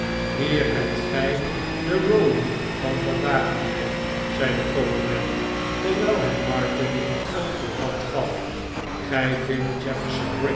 hier hebt gij de rowdy van vandaag mijnheer zei de kolonel terwijl hij martin een courant gaf gij vindt